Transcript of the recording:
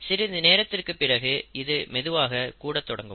சிறிது நேரத்திற்கு பிறகு இது வெகுவாக கூடத் தொடங்கும்